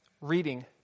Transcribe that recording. Reading